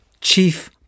chief